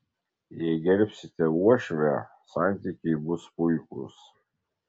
jei gerbsite uošvę santykiai bus puikūs